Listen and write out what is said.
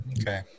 Okay